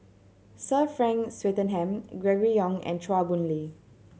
Sir Frank Swettenham Gregory Yong and Chua Boon Lay